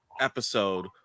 episode